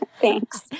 thanks